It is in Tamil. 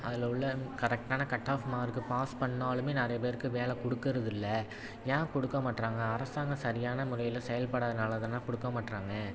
அதில் உள்ள கரெக்டான கட் ஆஃப் மார்க்கை பாஸ் பண்ணிணாலுமே நிறைய பேருக்கு வேலை கொடுக்கறதில்ல ஏன் கொடுக்க மாட்டுறாங்க அரசாங்கம் சரியான முறையில் செயல்படாதனால் தானே கொடுக்க மாட்டுறாங்க